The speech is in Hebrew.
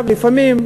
ולפעמים,